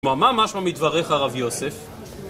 הוא אמר משהו מדבריך, הרב יוסף